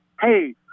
Hey